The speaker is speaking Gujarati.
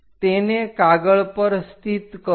તેને કાગળ પર સ્થિત કરો